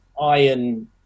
iron